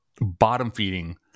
bottom-feeding